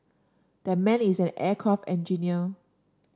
that man is an aircraft engineer